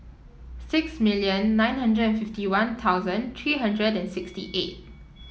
six million nine hundred and fifty One Thousand three hundred and sixty eight